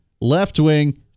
left-wing